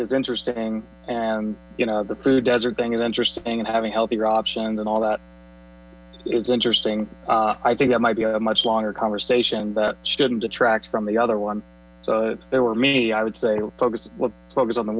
is interesting and you know the food desert thing is interesting and having healthier options and all that it's interesting i think that might be a much longer conversation that shouldn't detract from the other one so there me i would say focus focus on the